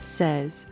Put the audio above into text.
says